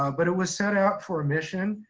um but it was set out for a mission,